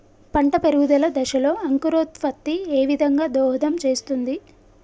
పంట పెరుగుదల దశలో అంకురోత్ఫత్తి ఏ విధంగా దోహదం చేస్తుంది?